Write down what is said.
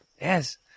Yes